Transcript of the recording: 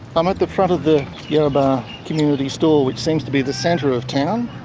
i'm at the front of the yarrabah community store, which seems to be the centre of town.